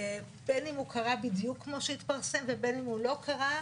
בין אם הוא קרה בדיוק כמו שהתפרסם ובין אם הוא לא קרה,